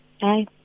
Hi